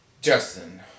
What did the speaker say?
Justin